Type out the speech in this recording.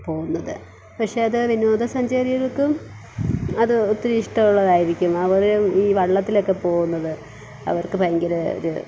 പോവുന്നത് പക്ഷെ അത് വിനോദസഞ്ചാരികൾക്കും അത് ഒത്തിരി ഇഷ്ട്ടമുള്ളതായിരിക്കും അവർ ഈ വള്ളത്തിലൊക്കെ പോവുന്നത് അവർക്ക് ഭയങ്കര ഒരു